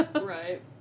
Right